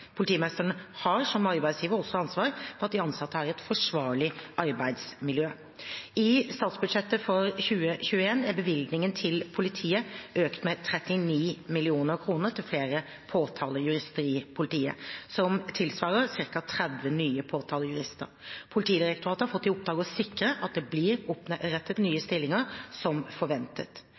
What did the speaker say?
Politimesteren har som arbeidsgiver også ansvar for at de ansatte har et forsvarlig arbeidsmiljø. I statsbudsjettet for 2021 er bevilgningen til politiet økt med 39 mill. kr til flere påtalejurister i politiet, noe som tilsvarer ca. 30 nye påtalejurister. Politidirektoratet har fått i oppdrag å sikre at det blir opprettet nye stillinger som forventet.